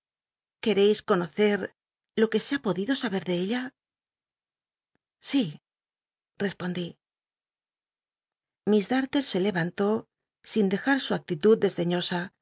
nereis conocer lo que se ha podido saber de ella si respondí miss da ruc se levantó sin dejar su actilud desdeñosa